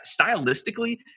Stylistically